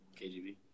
KGB